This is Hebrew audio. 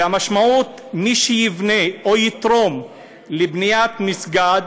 והמשמעות: מי שיבנה או יתרום לבניית מסגד,